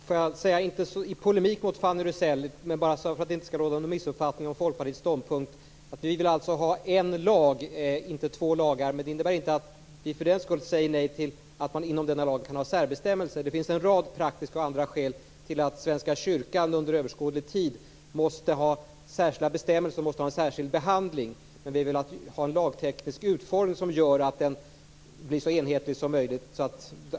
Fru talman! Jag vill inte säga detta i polemik med Fanny Rizell, utan bara därför att det inte skall råda någon missuppfattning om Folkpartiets ståndpunkt. Vi vill ha en lag, inte två lagar. Det innebär inte att vi för den skull säger nej till att man inom denna lag har särbestämmelser. Det finns en rad praktiska och andra skäl till att Svenska kyrkan under överskådlig tid måste ha särskilda bestämmelser och en särskild behandling. Men vi vill ha en lagteknisk utformning som gör att det blir så enhetligt som möjligt.